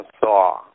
saw